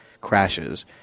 crashes